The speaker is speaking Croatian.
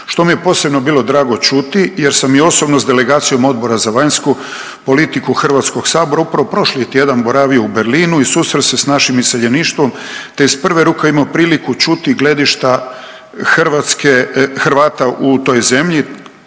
što mi je posebno bilo drago čuti jer sam i osobno s delegacijom Odbora za vanjsku politiku HS upravo prošli tjedan boravio u Berlinu i susreo se s našim iseljeništvom, te iz prve ruke imao prilike čuti gledišta Hrvatske, Hrvata u toj zemlji,